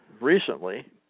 recently